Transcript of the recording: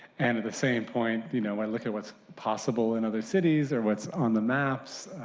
and at the same point, you know i look at what's possible in other cities or what's on the maps.